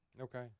Okay